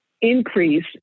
increase